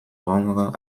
rendre